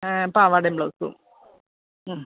പാവാടയും ബ്ലൗസും ഉം